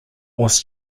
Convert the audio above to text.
was